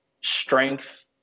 strength